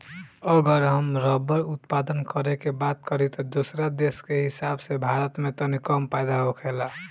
अगर हम रबड़ उत्पादन करे के बात करी त दोसरा देश के हिसाब से भारत में तनी कम पैदा होखेला